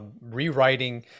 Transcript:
rewriting